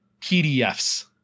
PDFs